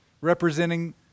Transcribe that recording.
representing